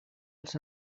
els